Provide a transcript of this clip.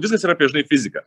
visas yra apie žinai fiziką